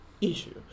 Issue